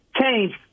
change